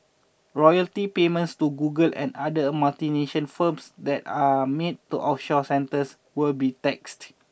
royalty payments to Google and other multinational firms that are made to offshore centres will be taxed